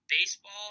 baseball